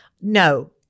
No